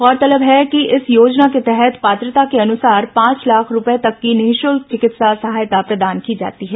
गौरतलब है कि इस योजना के तहत पात्रता के अनुसार पांच लाख रूपए तक की निःशुल्क चिकित्सा सहायता प्रदान की जाती है